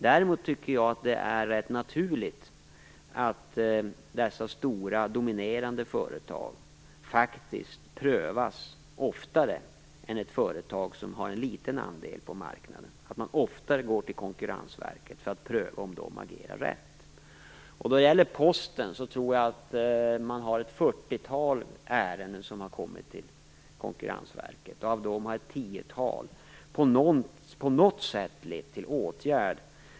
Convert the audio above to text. Däremot tycker jag att det är rätt naturligt att dessa stora dominerande företag faktiskt prövas oftare än företag med en liten andel av marknaden. Det är naturligt att man oftare går till Konkurrensverket för att pröva om de stora företagen handlar rätt. Jag tror att det kommit ett fyrtiotal ärenden som gäller Posten till Konkurrensverket. Av dessa har ett tiotal på något sätt lett till åtgärd.